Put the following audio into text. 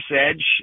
edge